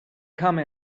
come